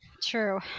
true